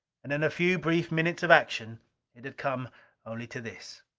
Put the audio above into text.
and in a few brief minutes of action it had come only to this!